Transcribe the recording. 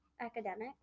academic